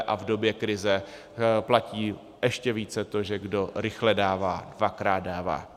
A v době krize platí ještě více to, že kdo rychle dává, dvakrát dává.